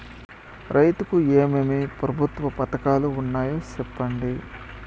రైతుకు ఏమేమి ప్రభుత్వ పథకాలు ఉన్నాయో సెప్పండి?